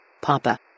Papa